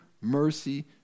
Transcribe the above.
mercy